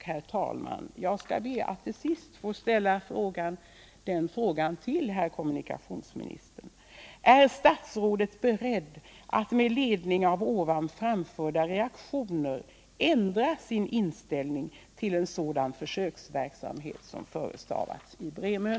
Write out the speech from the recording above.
Herr talman! Jag vill fråga kommunikationsministern: Är statsrådet beredd att med ledning av här framförda reaktioner ändra sin inställning till en sådan försöksverksamhet som förestavats i fallet Bremön?